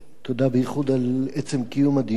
תודה, תודה בייחוד על עצם קיום הדיון.